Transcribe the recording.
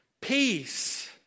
peace